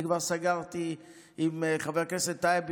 אני כבר סגרתי עם חבר הכנסת טייב,